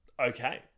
Okay